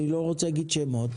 אני לא רוצה להגיד שמות,